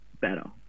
better